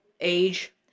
age